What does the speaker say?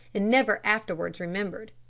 and never afterwards remembered.